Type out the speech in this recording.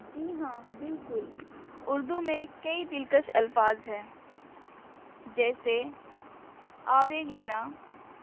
جی ہاں بالکل اردو میں کئی دلکش الفاظ ہیں جیسے آب گنا